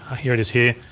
here it is here.